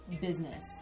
business